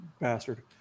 bastard